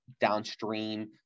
downstream